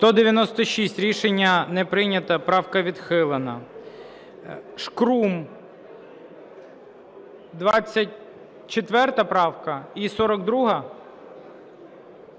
За-196 Рішення не прийнято. Правка відхилена. Шкрум, 24 правка і 42-а.